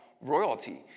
royalty